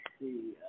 see